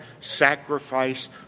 sacrifice